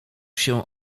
się